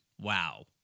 Wow